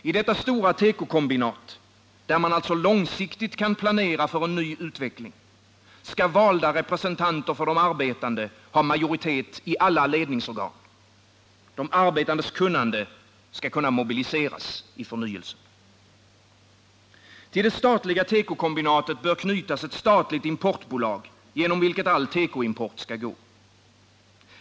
I detta stora tekokombinat, där man alltså långsiktigt kan planera för en ny utveckling, skall valda representanter för de arbetande ha majoritet i alla ledningsorgan. De arbetandes kunnande skall mobiliseras i förnyelsen. Till det statliga tekokombinatet bör knytas ett statligt importbolag, genom vilket all tekoimport skall gå.